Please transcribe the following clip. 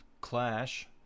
clash